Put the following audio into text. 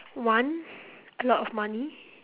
one a lot of money